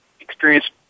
experience